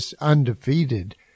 undefeated